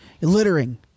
littering